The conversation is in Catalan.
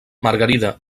margarida